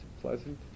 pleasant